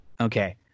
Okay